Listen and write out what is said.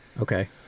okay